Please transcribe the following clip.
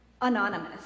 anonymous